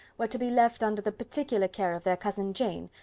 were to be left under the particular care of their cousin jane,